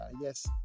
yes